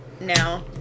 now